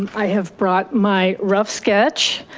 i have brought my rough sketch.